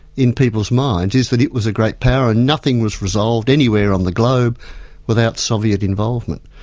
in people's minds, is that it was a great power and nothing was resolved anywhere on the globe without soviet involvement.